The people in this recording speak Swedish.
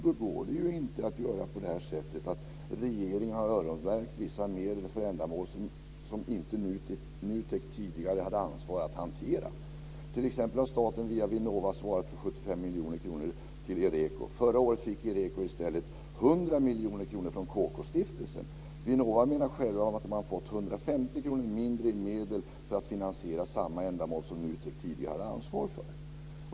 Då går det inte att göra på det här sättet - regeringen har ju öronmärkt vissa medel för ändamål som NUTEK tidigare inte hade ansvaret att hantera. T.ex. har staten via Vinnova svarat för 75 miljoner kronor till Ireco. Förra året fick Ireco i stället 100 miljoner kronor från KK-stiftelsen. Vinnova menar att de har fått 150 miljoner kronor mindre i medel för att finansiera samma ändamål som NUTEK tidigare hade ansvaret för.